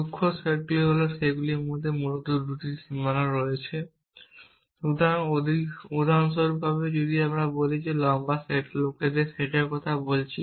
রুক্ষ সেটগুলি হল সেটগুলির মধ্যে মূলত 2টি সীমানা রয়েছে । সুতরাং উদাহরণস্বরূপ যদি আমি বলি যে আমি লম্বা লোকদের সেটের কথা বলছি